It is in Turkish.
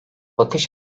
bakış